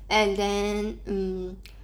and then um